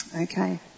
Okay